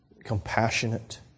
compassionate